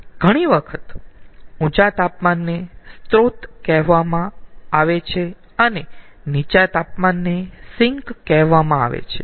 ઘણી વખત ઊંચા તાપમાનને સ્રોત કહેવામાં આવે છે અને નીચા તાપમાનને સિંક કહેવામાં આવે છે